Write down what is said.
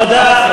תודה.